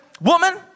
woman